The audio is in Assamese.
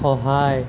সহায়